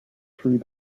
through